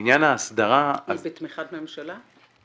זה בתמיכת ממשלה?